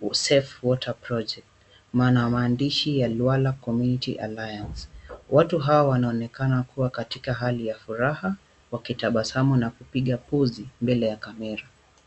We Save Water Project maana ya maandishi ya Liwala Committee Alliance. Watu hawa wanaonekana kuwa na furaha wakitabasamu na kupiga pozi mbele ya kamera.